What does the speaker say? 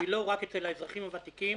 ולא רק אצל האזרחים הוותיקים.